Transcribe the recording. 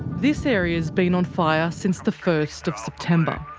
this area's been on fire since the first of september.